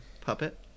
Puppet